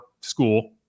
school